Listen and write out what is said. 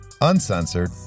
uncensored